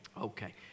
Okay